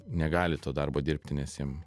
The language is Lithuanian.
negali to darbo dirbti nes jiem